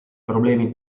problemi